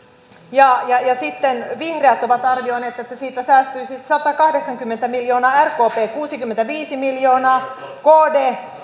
ja sitten vihreät ovat arvioineet että siitä säästyisi satakahdeksankymmentä miljoonaa rkp kuusikymmentäviisi miljoonaa kd